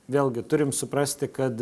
vėlgi turim suprasti kad